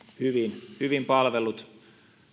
hyvin hyvin palvellut